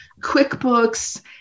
QuickBooks